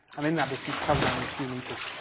and in that distance covered only a few metres.